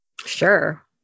Sure